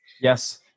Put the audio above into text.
Yes